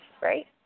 right